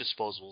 disposables